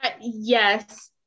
Yes